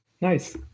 Nice